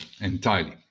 entirely